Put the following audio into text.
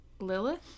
Lilith